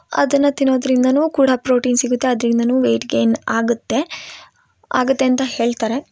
ಅದನ್ನ ತಿನೋದರಿಂದನೂ ಕೂಡ ಪ್ರೋಟೀನ್ ಸಿಗುತ್ತೆ ಅದರಿಂದನೂ ವೆಯ್ಟ್ ಗೈನ್ ಆಗತ್ತೆ ಆಗತ್ತೆ ಅಂತ ಹೇಳ್ತಾರೆ